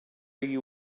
you